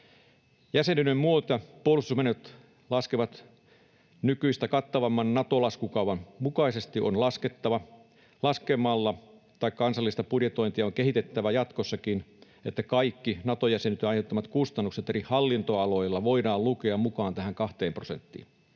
Jäsenyyden myötä puolustusmenot laskevat nykyistä kattavamman Nato-laskukaavan mukaisesti laskemalla, tai kansallista budjetointia on kehitettävä jatkossakin, että kaikki Nato-jäsenyyden aiheuttamat kustannukset eri hallintoaloilla voidaan lukea mukaan tähän kahteen prosenttiin.